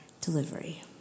delivery